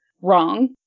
Wrong